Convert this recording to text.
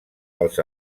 als